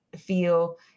feel